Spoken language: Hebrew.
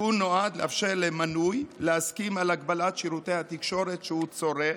התיקון נועד לאפשר למנוי להסכים על הגבלת שירותי התקשורת שהוא צורך,